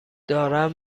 دارم